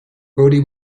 brodie